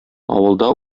авылда